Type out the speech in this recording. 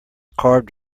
carved